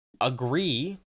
agree